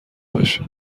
باشه